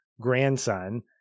grandson